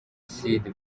sud